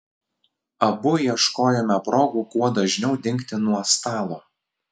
abu ieškojome progų kuo dažniau dingti nuo stalo